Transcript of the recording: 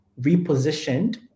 repositioned